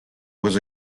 was